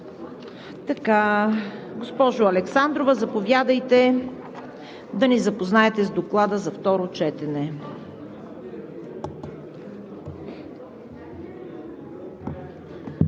петък. Госпожо Александрова, заповядайте да ни запознаете с Доклада за второ четене.